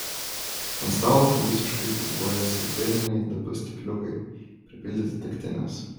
ant stalo tradiciškai puikuojasi firminiai dp stikliukai pripildyti degtinės